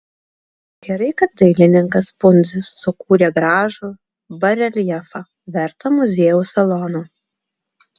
gerai kad dailininkas pundzius sukūrė gražų bareljefą vertą muziejaus salono